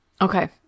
Okay